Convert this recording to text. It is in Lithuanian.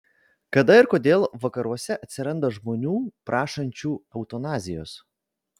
kada ir kodėl vakaruose atsiranda žmonių prašančių eutanazijos